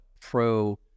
pro